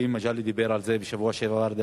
חברי מגלי דיבר על זה בשבוע שעבר,